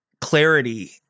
clarity